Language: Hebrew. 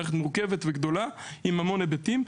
מערכת מורכבת וגדולה עם המון היבטים,